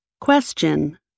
Question